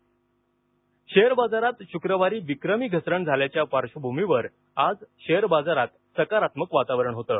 share बाजार share बाजारात शुक्रवारी विक्रमी घसरण झाल्याच्या पार्श्वभूमीवर आज शेअर बाजारात सकारात्मक वातावरण होतं